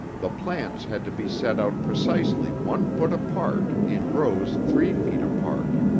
the plants had to be set out precisely one foot apart in rows three feet apart.